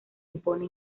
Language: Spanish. impone